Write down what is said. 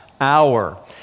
hour